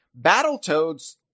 Battletoads